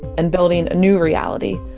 and building a new reality,